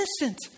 innocent